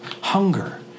Hunger